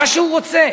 מה שהוא רוצה.